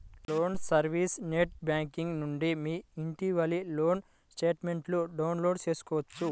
loan service net banking నుండి మీ ఇటీవలి లోన్ స్టేట్మెంట్ను డౌన్లోడ్ చేసుకోవచ్చు